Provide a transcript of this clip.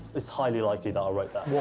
it's highly likely that i wrote that. what